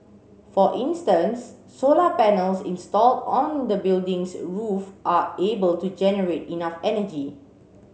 for instance solar panels installed on the building's roof are able to generate enough energy